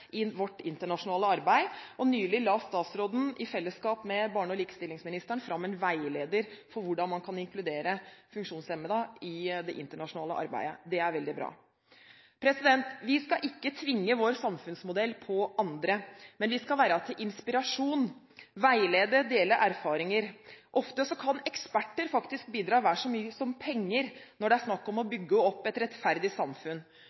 vårt internasjonale arbeid. Nylig la statsråden i fellesskap med barne- og likestillingsministeren fram en veileder for hvordan man kan inkludere funksjonshemmede i det internasjonale arbeidet. Det er veldig bra. Vi skal ikke tvinge vår samfunnsmodell på andre. Men vi skal være til inspirasjon, veilede og dele erfaringer. Ofte kan eksperter faktisk bidra vel så mye som penger når det er snakk om å bygge opp et rettferdig samfunn.